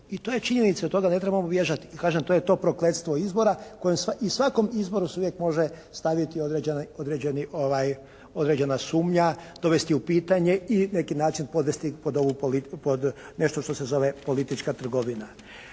i to je činjenica, od toga ne trebamo bježati i kažem to je to prokletstvo izbora koje i svakom izboru se uvijek može staviti određena sumnja, dovesti u pitanje i na neki način podvesti pod ovu, nešto što se zove politička trgovina.